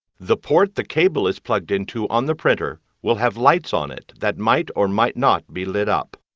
the port the cable is plugged into on the printer will have lights on it that might or might not be lit up.